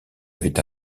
avait